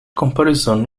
comparison